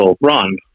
run